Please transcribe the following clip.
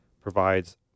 provides